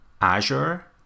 Azure